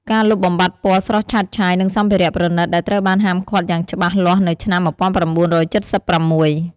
ការលុបបំបាត់ពណ៌ស្រស់ឆើតឆាយ និងសម្ភារៈប្រណិតដែលត្រូវបានហាមឃាត់យ៉ាងច្បាស់លាស់នៅឆ្នាំ១៩៧៦។